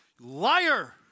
Liar